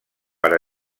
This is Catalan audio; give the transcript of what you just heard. per